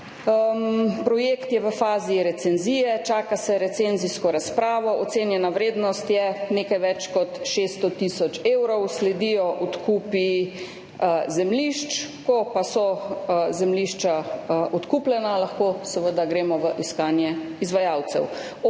projekt je v fazi recenzije, čaka se recenzijsko razpravo. Ocenjena vrednost je nekaj več kot 600 tisoč evrov. Sledijo odkupi zemljišč, ko pa bodo zemljišča odkupljena, lahko gremo seveda v iskanje izvajalcev.